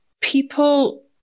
people